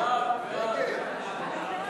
הראשונה